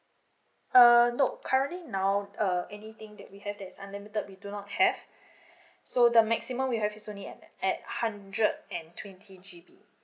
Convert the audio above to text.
uh no currently now uh anything that we have that's unlimited we do not have so the maximum we have is only at at hundred and twenty G_B